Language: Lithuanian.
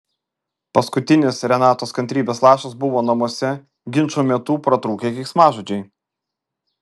paskutinis renatos kantrybės lašas buvo namuose ginčų metu pratrūkę keiksmažodžiai